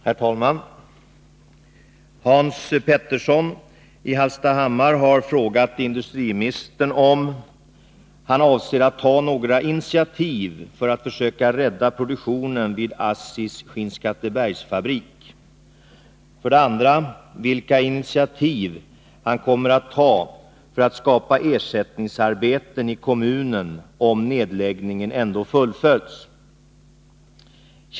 Herr talman! Hans Petersson i Hallstahammar har frågat industriministern om 1. han avser att ta några initiativ för att försöka rädda produktionen vid ASSI:s Skinnskattebergsfabrik, 2. vilka initiativ han kommer att ta för att skapa ersättningsarbeten i kommunen om nedläggningen ändå fullföljs.